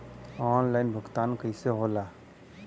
Online भुगतान कईसे होला?